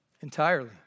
Entirely